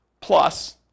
Plus